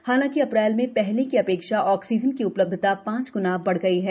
हालाँकि अप्रैल में पहले की अपेक्षा ऑक्सीजन की उपलब्धता पाँच ग्ना बढ़ गयी है